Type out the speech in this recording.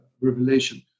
revelation